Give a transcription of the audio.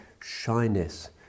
shyness